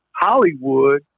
Hollywood